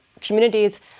communities